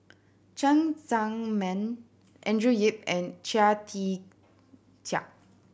Cheng Tsang Man Andrew Yip and Chia Tee Chiak